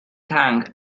tank